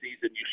season